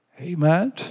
Amen